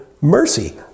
mercy